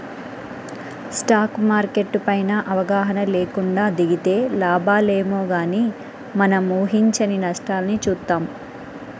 stock market పైన అవగాహన లేకుండా దిగితే లాభాలేమో గానీ మనం ఊహించని నష్టాల్ని చూత్తాం